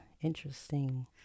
interesting